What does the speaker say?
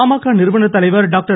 பாமக நிறுவன் தலைவர் டாக்டர்